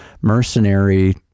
mercenary